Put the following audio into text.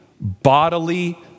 bodily